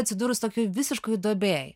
atsidūrus tokioj visiškoj duobėj